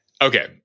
Okay